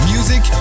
Music